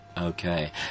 Okay